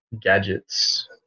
gadgets